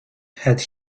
had